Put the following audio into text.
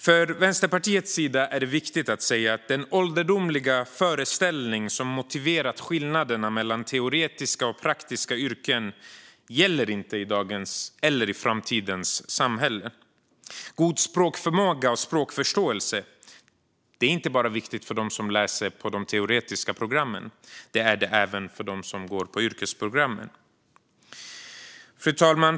För Vänsterpartiets del är det viktigt att säga att den ålderdomliga föreställning som motiverat skillnaderna mellan teoretiska och praktiska yrken inte gäller i dagens eller framtidens samhälle. God språkförmåga och språkförståelse är inte bara viktigt för dem som läser på de teoretiska programmen; det är viktigt även för dem som går på yrkesprogram. Fru talman!